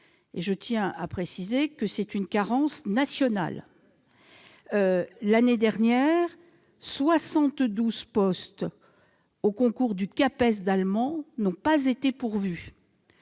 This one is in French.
je tiens à préciser qu'il s'agit d'une carence nationale. L'année dernière, 72 postes ouverts au Capes d'allemand n'ont pas été pourvus